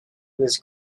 was